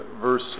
verse